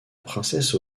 princesse